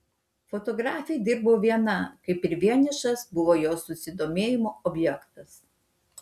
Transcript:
fotografė dirbo viena kaip ir vienišas buvo jos susidomėjimo objektas